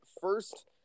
first